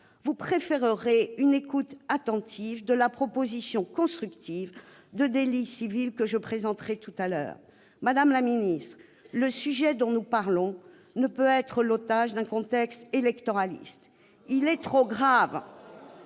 Vous préférerez une écoute attentive de la proposition constructive de délit civil que je présenterai. Madame la ministre, le sujet dont nous parlons ne peut être l'otage d'un contexte électoraliste. Mme la